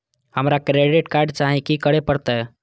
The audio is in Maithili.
हमरा क्रेडिट कार्ड चाही की करे परतै?